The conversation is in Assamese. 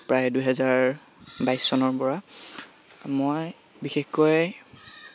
প্ৰায় দুহেজাৰ বাইছ চনৰপৰা মই বিশেষকৈ